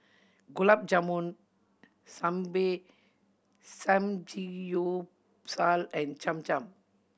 Gulab Jamun Samgeyopsal and Cham Cham